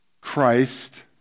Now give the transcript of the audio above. Christ